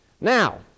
Now